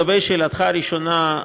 לשאלתך הראשונה,